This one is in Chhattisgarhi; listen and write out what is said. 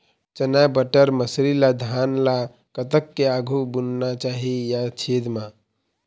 चना बटर मसरी ला धान ला कतक के आघु बुनना चाही या छेद मां?